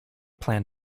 plan